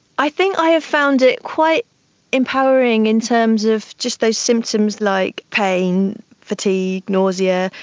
i think i have found it quite empowering in terms of just those symptoms like pain, fatigue, nausea.